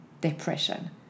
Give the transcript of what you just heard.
depression